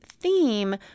theme